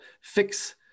fix